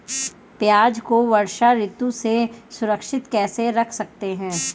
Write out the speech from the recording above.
प्याज़ को वर्षा ऋतु में सुरक्षित कैसे रख सकते हैं?